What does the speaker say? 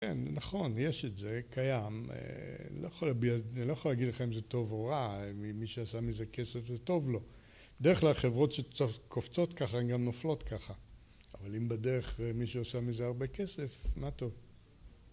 כן, נכון, יש את זה, קיים, לא יכול להגיד לך אם זה טוב או רע, מי שעשה מזה כסף זה טוב לו. בדרך כלל חברות שקופצות ככה, הן גם נופלות ככה. אבל אם בדרך מישהו עשה מזה הרבה כסף, מה טוב